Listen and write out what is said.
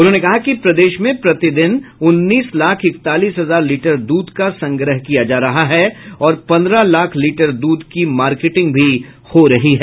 उन्होंने कहा कि प्रदेश में प्रति दिन उन्नीस लाख इकतालीस हजार लीटर दूध का संग्रह किया जा रहा है और पन्द्रह लाख लीटर दूध की मार्केटिंग भी हो रही है